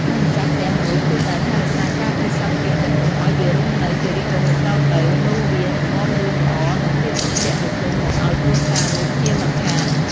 ហើយម្ចាស់ផ្ទះនោះ គួរតែថែរក្សាការពារសត្វព្រាបទាំងនោះឱ្យវារស់នៅជារៀងរហូតតទៅ នោះវានឹងនាំរឿងល្អ និងភាពត្រជាក់ត្រជុំមកឲ្យគ្រួសារនោះជាមិនខាន។